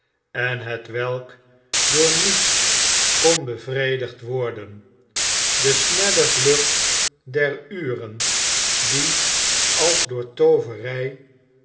en hetwelk door niets kon bevredigd worden de snelle vlucht der uren die als door tooverij